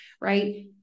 Right